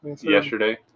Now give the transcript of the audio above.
Yesterday